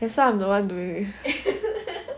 that's why I'm the one doing it